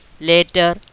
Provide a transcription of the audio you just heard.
later